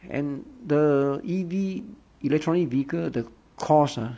and the E_V electronic vehicle the cost uh